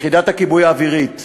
יחידת הכיבוי האווירית